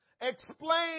Explain